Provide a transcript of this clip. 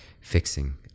fixing